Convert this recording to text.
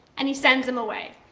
and he sends him away.